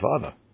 father